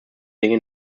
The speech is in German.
dinge